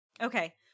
Okay